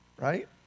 right